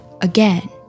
again